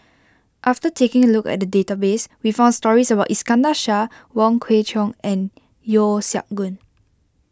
after taking a look at the database we found stories about Iskandar Shah Wong Kwei Cheong and Yeo Siak Goon